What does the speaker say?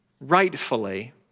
rightfully